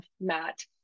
Matt